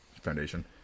foundation